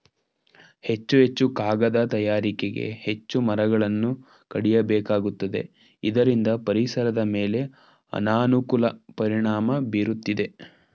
ಹೆಚ್ಚು ಹೆಚ್ಚು ಕಾಗದ ತಯಾರಿಕೆಗೆ ಹೆಚ್ಚು ಮರಗಳನ್ನು ಕಡಿಯಬೇಕಾಗುತ್ತದೆ ಇದರಿಂದ ಪರಿಸರದ ಮೇಲೆ ಅನಾನುಕೂಲ ಪರಿಣಾಮ ಬೀರುತ್ತಿದೆ